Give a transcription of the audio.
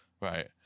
right